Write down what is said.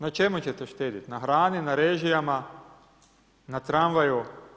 Na čemu ćete štedjeti, na hrani, na režijama, na tramvaju?